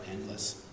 endless